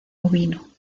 ovino